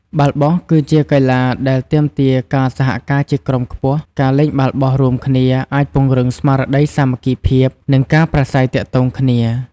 បាល់បោះគឺជាកីឡាដែលទាមទារការសហការជាក្រុមខ្ពស់ ការលេងបាល់បោះរួមគ្នាអាចពង្រឹងស្មារតីសាមគ្គីភាព និងការប្រាស្រ័យទាក់ទងគ្នា។